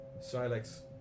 Silex